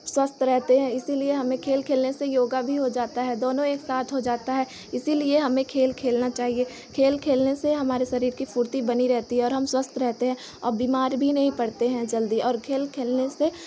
स्वस्थ रहते हैं इसीलिए हमे खेल खेलने से योगा भी हो जाता है दोनों एक साथ हो जाता है इसीलिए हमे खेल खेलना चाहिए खेल खेलने से हमारे शरीर की फुर्ती बनी रहती है और हम स्वस्थ रहते हैं औ बीमार भी नहीं पड़ते हैं जल्दी और खेल खेलने से